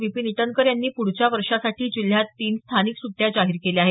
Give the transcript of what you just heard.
विपीन इटनकर यांनी पुढच्या वर्षासाठी जिल्ह्यात तीन स्थानिक सुट्ट्या जाहीर केल्या आहेत